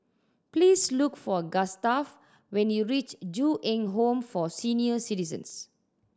please look for Gustaf when you reach Ju Eng Home for Senior Citizens